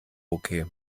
okay